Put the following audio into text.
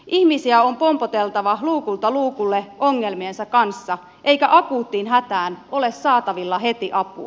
ihmisiä on pompoteltava luukulta luukulle ongelmiensa kanssa eikä akuuttiin hätään ole saatavilla heti apua